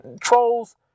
Trolls